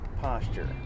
posture